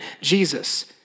Jesus